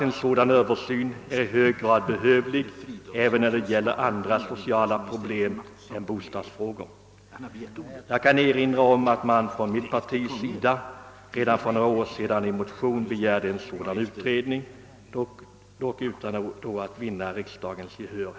En sådan översyn är i hög grad erforderlig även för andra sociala problem än bostadsfrågan. Jag kan erinra om att mitt parti redan för några år sedan i en motion begärde en sådan utredning. Förslaget vann emellertid inte riksdagens gehör.